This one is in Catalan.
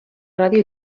ràdio